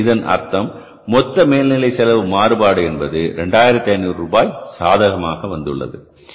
எனவே இதன் அர்த்தம் மொத்த மேல்நிலை செலவு மாறுபாடு என்பது 2500 ரூபாய் சாதகமாக வந்துள்ளது